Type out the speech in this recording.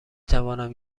توانم